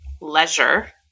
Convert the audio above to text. leisure